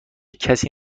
کسی